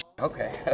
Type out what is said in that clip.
okay